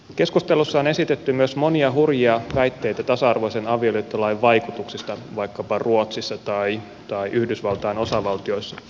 keskustelussa on esitetty myös monia hurjia väitteitä tasa arvoisen avioliittolain vaikutuksista vaikkapa ruotsissa tai yhdysvaltain osavaltioissa